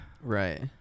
Right